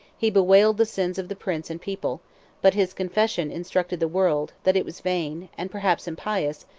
he bewailed the sins of the prince and people but his confession instructed the world, that it was vain, and perhaps impious,